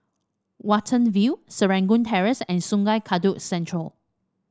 Watten View Serangoon Terrace and Sungei Kadut Central